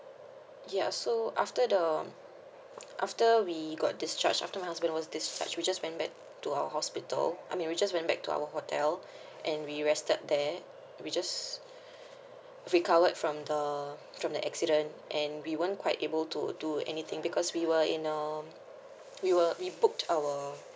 ya so after the after we got discharge after my husband was discharge we just went back to our hospital I mean we just went back to our hotel and we rested there we just recovered from the from the accident and we won't quite able to do anything because we were in a we were we booked our